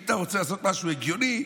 אם אתה רוצה לעשות משהו הגיוני,